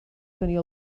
tenir